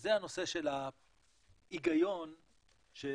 וזה הנושא של ההיגיון שבקרן.